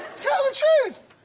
tell the truth.